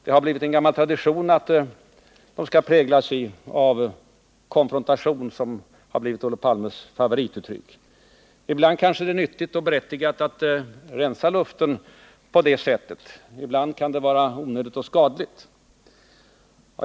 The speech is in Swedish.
Det har blivit en gammal tradition att de skall präglas av konfrontation — Olof Palmes favorituttryck. Ibland kanske det är nyttigt och berättigat att rensa luften på det sättet. Ibland kan det vara onödigt och skadligt.